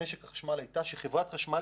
במשק החשמל הייתה שחברת החשמל